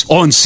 on